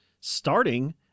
starting